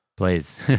Please